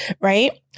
right